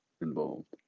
involved